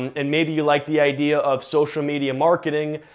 and maybe you like the idea of social media marketing,